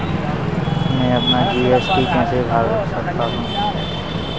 मैं अपना जी.एस.टी कैसे भर सकता हूँ?